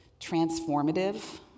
transformative